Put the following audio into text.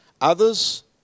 Others